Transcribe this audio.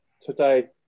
today